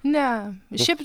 ne šiaip